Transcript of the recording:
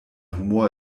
humor